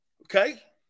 Okay